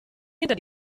hinter